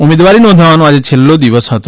ઉમેદવારી નોંધવાનો આજે છેલ્લો દિવસ હતો